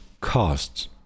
costs